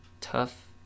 tough